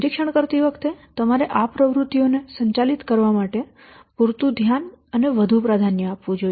નિરીક્ષણ કરતી વખતે તમારે આ પ્રવૃત્તિઓને સંચાલિત કરવા માટે પૂરતું ધ્યાન અને વધુ પ્રાધાન્ય આપવું જોઈએ